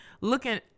looking